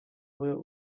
woot